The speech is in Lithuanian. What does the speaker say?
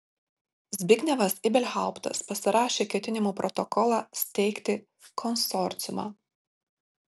zbignevas ibelhauptas pasirašė ketinimų protokolą steigti konsorciumą